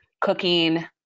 cooking